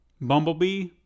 Bumblebee